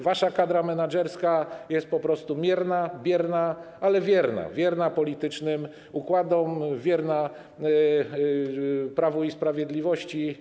Wasza kadra menadżerska jest po prostu mierna, bierna, ale wierna, wierna politycznym układom, wierna Prawu i Sprawiedliwości.